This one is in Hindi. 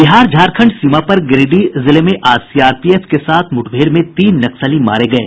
बिहार झारखंड सीमा पर गिरिडीह जिले में आज सीआरपीएफ के साथ मुठभेड में तीन नक्सली मारे गये